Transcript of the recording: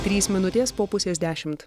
trys minutės po pusės dešimt